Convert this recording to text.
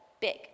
big